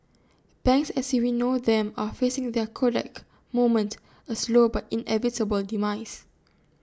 banks as we know them are facing their Kodak moment A slow but inevitable demise